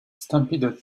stampeded